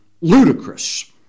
ludicrous